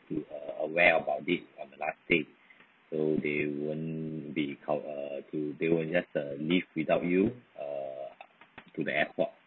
to uh aware about this on the last day so they won't be called uh to they won't just uh leave without you uh to the airport